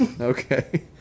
okay